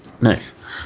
Nice